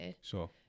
Sure